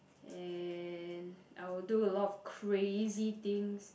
and I would do a lot of crazy things